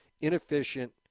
inefficient